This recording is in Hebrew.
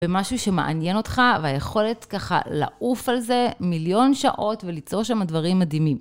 במשהו שמעניין אותך והיכולת ככה לעוף על זה מיליון שעות וליצור שמה דברים מדהימים.